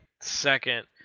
second